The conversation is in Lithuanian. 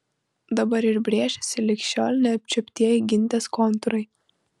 dabar ir brėžiasi lig šiol neapčiuoptieji gintės kontūrai